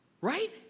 Right